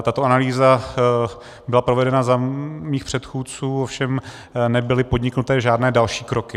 Tato analýza byla provedena za mých předchůdců, ovšem nebyly podniknuty žádné další kroky.